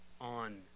on